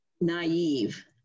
naive